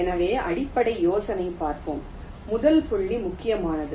எனவே அடிப்படை யோசனையைப் பார்ப்போம் முதல் புள்ளி முக்கியமானது